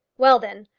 well, then,